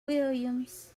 williams